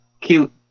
cute